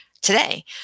today